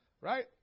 right